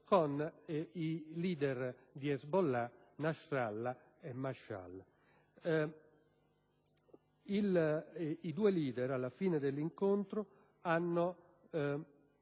con i *leader* di Hezbollah Nasrallah e Meshaal. I due *leader*, alla fine dell'incontro, hanno